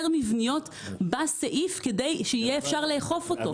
מבניות בסעיף כדי שיהיה אפשר לאכוף אותו.